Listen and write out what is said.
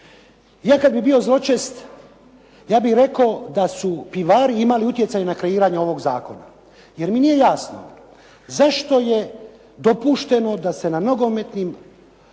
Ja kada bih bio zločest, ja bih rekao da su pivari imali utjecaj na kreiranje ovoga zakona. Jer mi nije jasno zašto je dopušteno da se na nogometnim